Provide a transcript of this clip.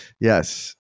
yes